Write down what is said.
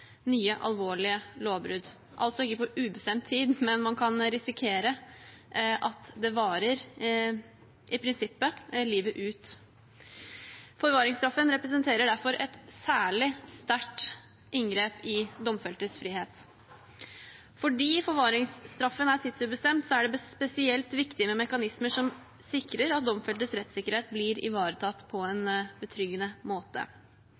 nye, alvorlige lovbrudd, altså ikke på ubestemt tid, men man kan risikere at det i prinsippet varer livet ut. Forvaringsstraffen representerer derfor et særlig sterkt inngrep i den domfeltes frihet. Fordi forvaringsstraffen er tidsubestemt, er det spesielt viktig med mekanismer som sikrer at domfeltes rettssikkerhet blir ivaretatt på en betryggende måte.